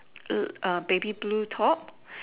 A baby blue top